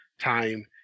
time